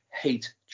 hate